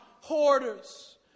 hoarders